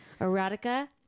erotica